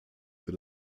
für